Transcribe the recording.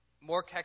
more